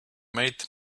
mate